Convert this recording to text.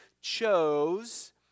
chose